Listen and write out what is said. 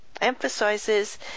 emphasizes